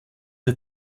der